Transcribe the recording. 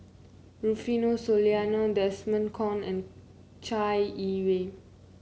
Rufino Soliano Desmond Kon and Chai Yee Wei